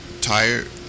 tired